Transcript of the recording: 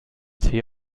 tee